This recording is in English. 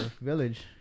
Village